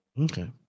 Okay